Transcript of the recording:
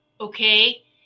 okay